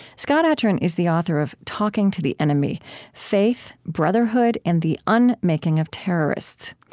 scott atran is the author of talking to the enemy faith, brotherhood and the and making of terrorists.